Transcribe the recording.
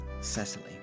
Cecily